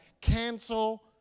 Cancel